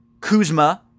Kuzma